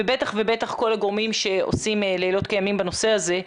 ובטח ובטח כל הגורמים שעושים לילות כימים בנושא הזה.